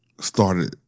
started